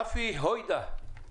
רפי הוידה,